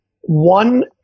one